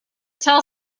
tell